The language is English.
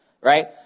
right